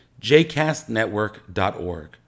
jcastnetwork.org